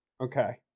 Okay